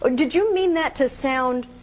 ah did you mean that to sound